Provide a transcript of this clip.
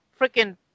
Freaking